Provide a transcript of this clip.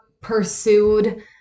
pursued